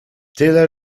tyle